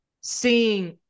seeing